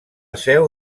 seu